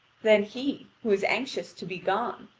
then he, who is anxious to be gone,